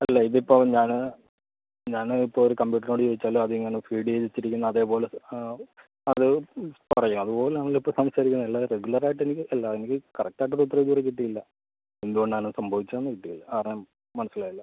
അല്ല ഇതിപ്പോൾ ഞാൻ ഞാൻ ഇപ്പോൾ ഒരു കമ്പ്യൂട്ടറിനോട് ചോദിച്ചാലും അതിങ്ങനെ ഫീഡ് ചെയ്ത് വെച്ചിരിക്കുന്നത് അതേപോലെ ആ അത് പറയും അതുപോലാണല്ലോ ഇപ്പോൾ സംസാരിക്കുന്നത് അല്ലാതെ റെഗുലറായിട്ടെനിക്ക് അല്ലാതെനിക്ക് കറക്റ്റായിട്ടൊരുത്തരം ഇതുവരെ കിട്ടിയില്ല എന്തുകൊണ്ടാണ് സംഭവിച്ചതെന്ന് കിട്ടിയില്ല കാരണം മനസ്സിലായില്ല